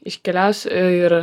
iškeliausiu ir